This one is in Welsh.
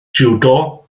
jiwdo